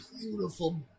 beautiful